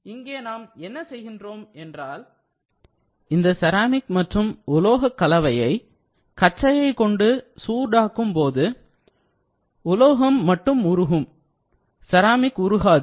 இங்கே நாம் என்ன செய்கிறோம் என்றால் இந்த செராமிக் மற்றும் உலோகக் கலவையை கற்றையைக் கொண்டு சூடாக்கும் பொழுது உலோகம் மட்டும் உருகும் செராமிக் உருகாது